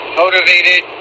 motivated